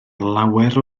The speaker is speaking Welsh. lawer